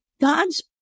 God's